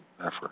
effort